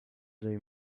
they